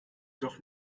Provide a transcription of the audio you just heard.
doch